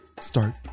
start